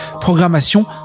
programmation